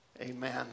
amen